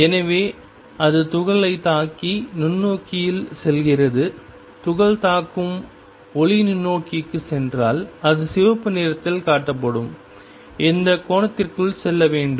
எனவே அது துகள்களைத் தாக்கி நுண்ணோக்கியில் செல்கிறது துகள் தாக்கும் ஒளி நுண்ணோக்கிக்குச் சென்றால் அது சிவப்பு நிறத்தில் காட்டப்படும் இந்த கோணத்திற்குள் செல்ல வேண்டும்